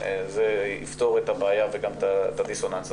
זה יפתור את הבעיה וגם את הדיסוננס הזה,